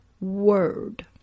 word